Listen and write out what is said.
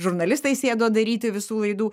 žurnalistai sėdo daryti visų laidų